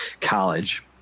college